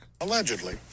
Allegedly